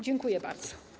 Dziękuję bardzo.